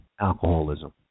alcoholism